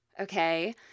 Okay